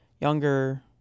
Younger